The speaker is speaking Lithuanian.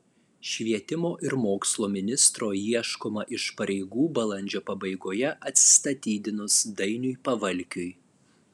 švietimo ir mokslo ministro ieškoma iš pareigų balandžio pabaigoje atsistatydinus dainiui pavalkiui